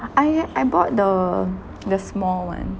I I bought the the small one